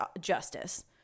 justice